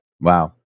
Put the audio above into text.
Wow